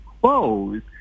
close